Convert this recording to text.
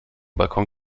balkon